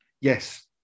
Yes